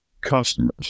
customers